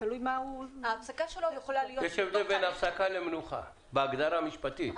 יש הבדל בין הפסקה למנוחה בהגדרה המשפטית.